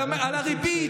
על הריבית.